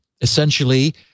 Essentially